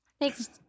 thanks